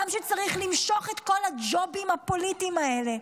גם כשצריך למשוך את כל הג'ובים הפוליטיים האלה,